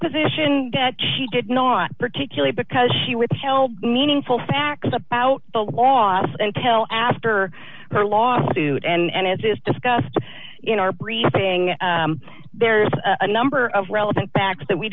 position that she did not particularly because she withheld meaningful facts about the loss and till after her lawsuit and is discussed in our briefing there's a number of relevant facts that we